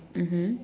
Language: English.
mmhmm